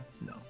No